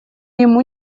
ему